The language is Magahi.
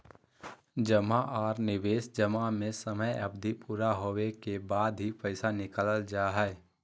जमा आर निवेश जमा में समय अवधि पूरा होबे के बाद ही पैसा निकालल जा हय